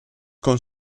con